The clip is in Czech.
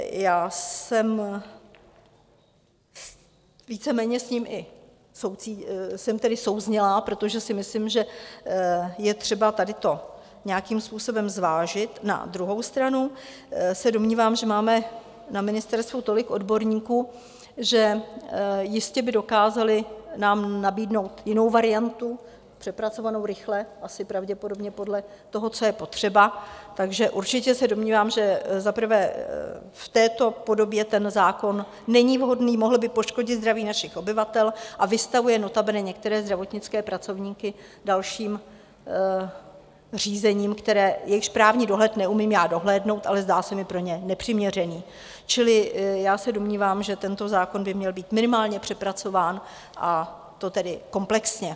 Já jsem víceméně s ním i souzněla, protože si myslím, že je třeba tady to nějakým způsobem zvážit, na druhou stranu se domnívám, že máme na ministerstvu tolik odborníků, že jistě by dokázali nám nabídnout jinou variantu, přepracovanou rychle, asi pravděpodobně podle toho, co je potřeba, takže určitě se domnívám, že za prvé v této podobě ten zákon není vhodný, mohl by poškodit zdraví našich obyvatel a vystavuje notabene některé zdravotnické pracovníky dalším řízením, jejichž právní dohled neumím dohlédnout, ale zdá se mi pro ně nepřiměřený, čili já se domnívám, že tento zákon by měl být minimálně přepracován, a to komplexně.